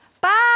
Bye